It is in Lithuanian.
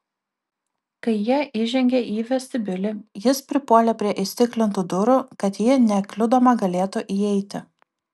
kai jie įžengė į vestibiulį jis pripuolė prie įstiklintų durų kad ji nekliudoma galėtų įeiti